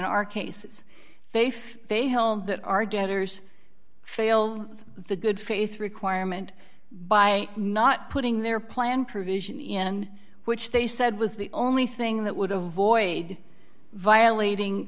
know are cases safe they held that our debtors fail the good faith requirement by not putting their plan provision in which they said was the only thing that would avoid violating